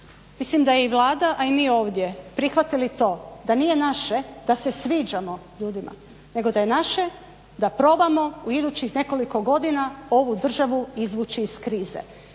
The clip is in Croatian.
Mislim da je i Vlada, a i mi ovdje prihvatili to da nije naše da se sviđamo ljudima nego da je naše da probamo u idućih nekoliko godina ovu državu izvući iz krize.